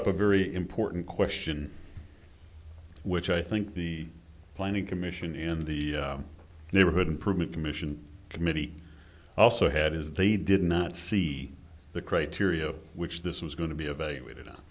up a very important question which i think the planning commission in the neighborhood improvement commission committee also had is they did not see the criteria which this was going to be evaluated